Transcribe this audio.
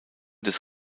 des